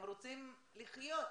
הם רוצים לחיות.